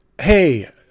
Hey